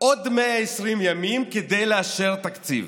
עוד 120 ימים כדי לאשר תקציב.